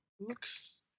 Looks